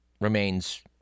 remains